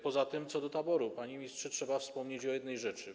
Poza tym co do taboru, panie ministrze, trzeba wspomnieć o jednej rzeczy.